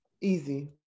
Easy